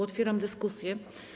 Otwieram dyskusję.